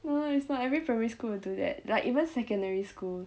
no it's not every primary school will do that like even secondary school